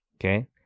okay